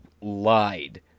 lied